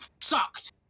sucked